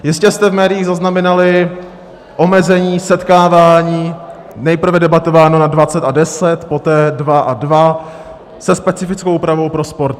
Jistě jste v médiích zaznamenali omezení setkávání, nejprve debatováno na 20 a 10, poté 2 a 2, se specifickou úpravou pro sporty.